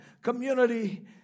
community